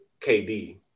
KD